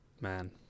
Man